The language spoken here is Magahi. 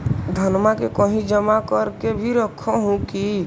धनमा के कहिं जमा कर के भी रख हू की?